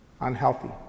unhealthy